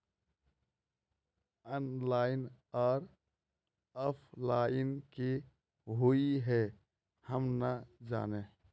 Online आर offline की हुई है हम ना जाने?